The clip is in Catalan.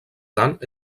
tant